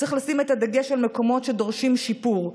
צריך לשים את הדגש על מקומות שדורשים שיפור,